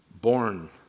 born